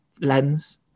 lens